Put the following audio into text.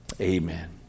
Amen